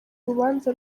urubanza